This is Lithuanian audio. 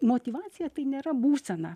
motyvacija tai nėra būsena